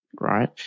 Right